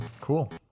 Cool